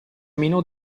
meno